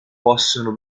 possono